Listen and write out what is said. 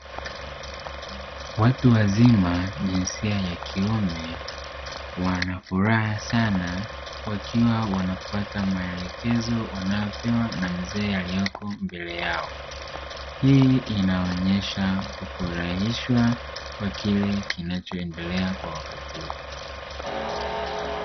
Watu wazima jinsia ya kiume wana furaha sana wakiwa wanafuata maelekezo wanayopewa na mzee aliyeko mbele yao hii inaonyesha kufurahishwa kwa kile kinachoendelea kwa wakati huu.